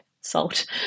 salt